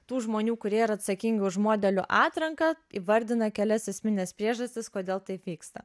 tų žmonių kurie yra atsakingi už modelių atranką įvardina kelias esmines priežastis kodėl taip vyksta